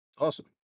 awesome